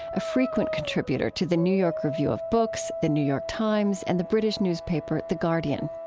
a frequent contributor to the new york review of books, the new york times, and the british newspaper the guardian.